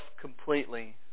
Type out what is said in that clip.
completely